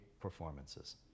performances